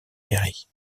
mairie